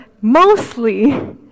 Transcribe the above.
mostly